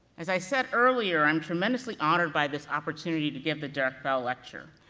as i said earlier, i'm tremendously honored by this opportunity to give the derrick bell lecture.